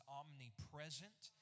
omnipresent